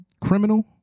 criminal